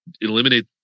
eliminate